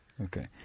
Okay